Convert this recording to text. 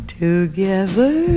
together